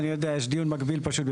אני יודע, יש דיון מקביל פשוט.